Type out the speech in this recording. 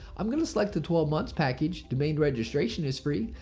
i'm going to select the twelve months package. domain registration is free.